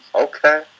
Okay